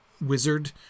wizard